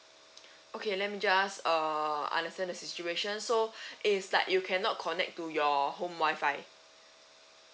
okay let me just uh answer the situation so is like you cannot connect to your home wifi